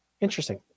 interesting